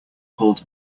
pulled